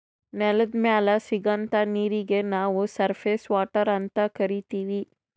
ನೆಲದ್ ಮ್ಯಾಲ್ ಸಿಗಂಥಾ ನೀರೀಗಿ ನಾವ್ ಸರ್ಫೇಸ್ ವಾಟರ್ ಅಂತ್ ಕರೀತೀವಿ